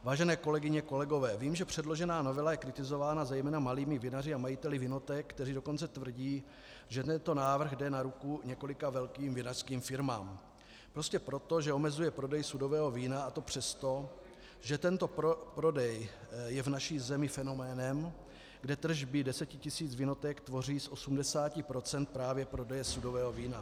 Vážené kolegyně, kolegové, vím, že předložená novela je kritizována zejména malými vinaři a majiteli vinoték, kteří dokonce tvrdí, že tento návrh jde na ruku několika velkým vinařským firmám prostě proto, že omezuje prodej sudového vína, a to přesto, že tento prodej je v naší zemi fenoménem, kde tržby deseti tisíc vinoték tvoří z 80 procent právě prodeje sudového vína.